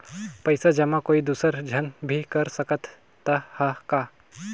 पइसा जमा कोई दुसर झन भी कर सकत त ह का?